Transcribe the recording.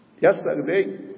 Yesterday